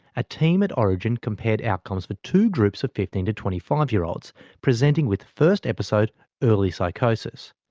a team at orygen compared outcomes for two groups of fifteen to twenty five year olds presenting with first-episode early psychosis.